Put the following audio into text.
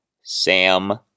Sam